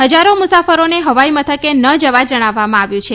હજારો મુસાફરોને હવાઈ મથકે ન જવા જણાવવામાં આવ્યું છે